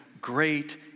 Great